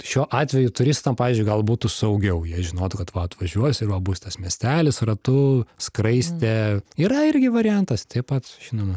šiuo atveju turistam pavyzdžiui gal būtų saugiau jei žinotų kad va atvažiuosi ir va bus tas miestelis ratu skraistė yra irgi variantas taip pat žinoma